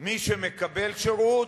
מי שמקבל שירות,